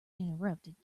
interrupted